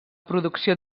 producció